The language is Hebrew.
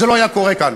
זה לא היה קורה כאן.